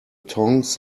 tongs